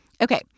Okay